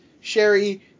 Sherry